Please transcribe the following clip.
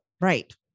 Right